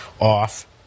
off